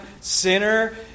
sinner